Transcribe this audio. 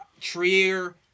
Trier